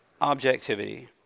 objectivity